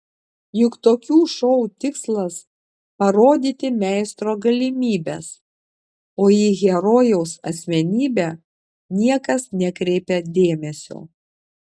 juk tokių šou tikslas parodyti meistro galimybes o į herojaus asmenybę niekas nekreipia dėmesio